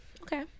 okay